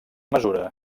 mesura